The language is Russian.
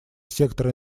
сектора